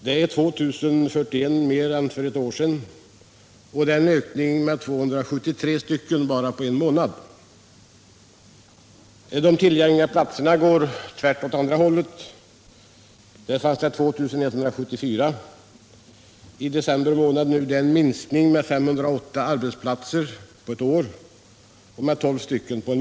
Det är 2 041 mer än för ett år sedan, och det är en ökning med 273 personer på bara en månad. Siffran för antalet tillgängliga platser går åt precis motsatt håll. Det fanns 2 174 platser i december månad, vilket är en minskning med 508 arbetsplatser på ett år och med 12 på en månad.